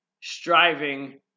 striving